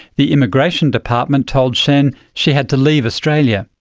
the immigration department told shen she had to leave australia,